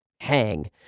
hang